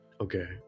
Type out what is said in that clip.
Okay